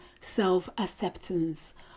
self-acceptance